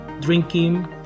drinking